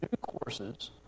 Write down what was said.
courses